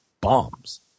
bombs